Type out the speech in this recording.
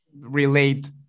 relate